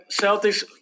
Celtics